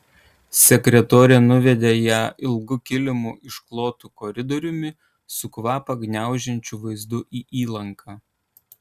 sekretorė nuvedė ją ilgu kilimu išklotu koridoriumi su kvapą gniaužiančiu vaizdu į įlanką